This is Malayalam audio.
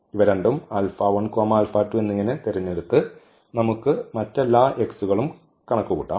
ഇവ രണ്ടും എന്നിങ്ങനെ തിരഞ്ഞെടുത്ത് നമുക്ക് മറ്റെല്ലാ x കളും കണക്കുകൂട്ടാം